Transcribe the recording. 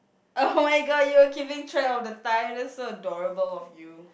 oh-my-god you were keeping track of the time that's so adorable of you